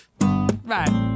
Right